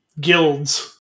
guilds